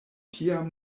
tiam